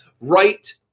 right